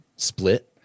split